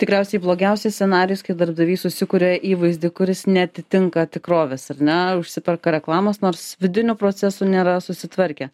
tikriausiai blogiausias scenarijus kai darbdavys susikuria įvaizdį kuris neatitinka tikrovės ar ne užsiperka reklamos nors vidinių procesų nėra susitvarkę